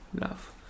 love